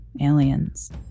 aliens